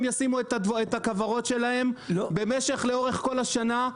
ישימו את הכוורות שלהם לאורך כל השנה?